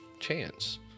chance